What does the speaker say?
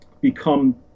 become